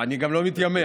אני גם לא מתיימר.